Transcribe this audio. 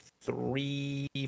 three